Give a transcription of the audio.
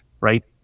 right